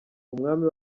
umwami